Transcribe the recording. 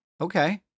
Okay